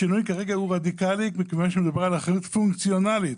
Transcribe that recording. השינוי כרגע הוא רדיקלי מפני שמדובר באחריות פונקציונלית.